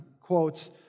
quotes